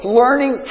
learning